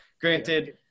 Granted